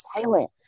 silent